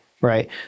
Right